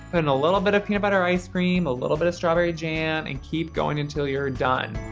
and a little bit of peanut butter ice cream, a little bit of strawberry jam and keep going until you're done.